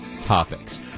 topics